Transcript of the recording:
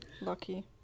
Lucky